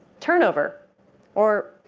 turnover or,